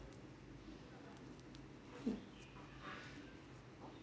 mm